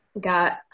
Got